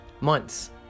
Months